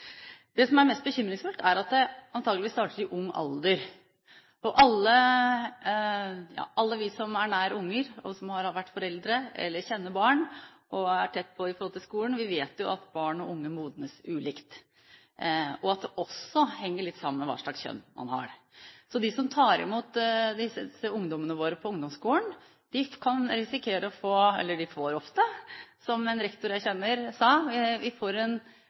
Det som er mest bekymringsfullt, er at det antageligvis starter i ung alder. Alle vi som er nær barn, som er foreldre eller kjenner barn, og som er tett på med hensyn til skolen, vet at barn og unge modnes ulikt, og at det også henger litt sammen med hva slags kjønn man har. Som en rektor jeg kjenner, som tar imot ungdommene våre på ungdomsskolen, sa: Vi får ofte gutter som er som 10-åringer, både fysisk og i og for seg modningsmessig, og vi får jenter som er som 16-åringer, og de skal inn i samme klasse. Vi